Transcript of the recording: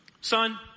Son